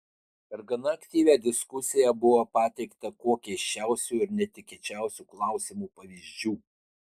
per gana aktyvią diskusiją buvo pateikta kuo keisčiausių ir netikėčiausių klausimų pavyzdžių